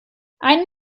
einen